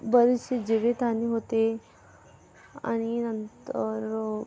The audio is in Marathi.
बरीचशी जीवितहानी होते आणि नंतर